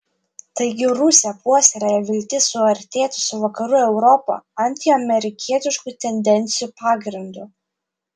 taigi rusija puoselėja viltis suartėti su vakarų europa antiamerikietiškų tendencijų pagrindu